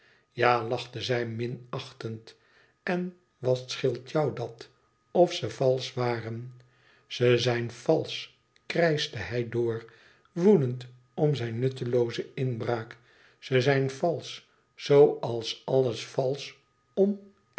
ja lachte zij minachtend en wat scheelt jou dat of ze valsch waren ze zijn valsch krijschte hij door woedend om zijn nuttelooze inbraak ze zijn valsch zooals alles valsch om